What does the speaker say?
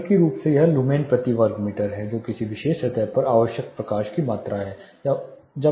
तकनीकी रूप से यह लुमेन प्रति मीटर वर्ग है जो किसी विशेष सतह पर आवश्यक प्रकाश की मात्रा है